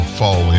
fall